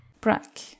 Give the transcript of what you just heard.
BRACK